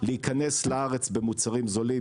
להיכנס לארץ במוצרים זולים.